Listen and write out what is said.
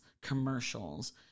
commercials